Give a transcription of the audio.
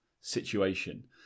situation